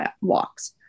walks